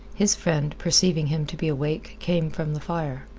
his friend, perceiving him to be awake, came from the fire.